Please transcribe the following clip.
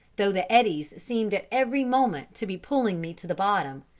though the eddies seemed at every moment to be pulling me to the bottom,